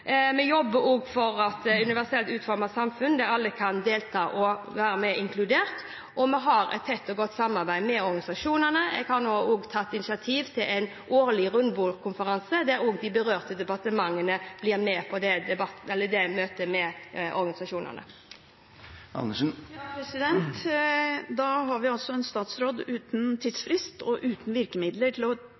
Vi jobber også for et universelt uformet samfunn der alle kan delta og være mer inkludert. Vi har et tett og godt samarbeid med organisasjonene. Jeg har også nå tatt initiativ til en årlig rundebordskonferanse, der også de berørte departementene blir med på møter med organisasjonene. Da har vi altså en statsråd uten tidsfrist og uten virkemidler til å